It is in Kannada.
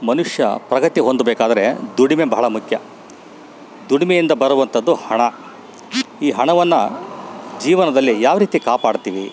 ಮನುಷ್ಯ ಪ್ರಗತಿ ಹೊಂದಬೇಕಾದ್ರೆ ದುಡಿಮೆ ಬಹಳ ಮುಖ್ಯ ದುಡಿಮೆಯಿಂದ ಬರುವಂಥದ್ದು ಹಣ ಈ ಹಣವನ್ನು ಜೀವನದಲ್ಲಿ ಯಾವ ರೀತಿ ಕಾಪಾಡ್ತೀವಿ